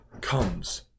comes